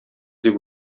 дип